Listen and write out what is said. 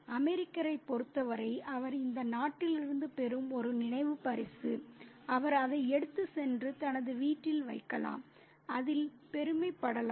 அமெரிக்கரைப் பொறுத்தவரை அவர் இந்த நாட்டிலிருந்து பெறும் ஒரு நினைவு பரிசு அவர் அதை எடுத்துச் சென்று தனது வீட்டில் வைக்கலாம் அதில் பெருமைப்படலாம்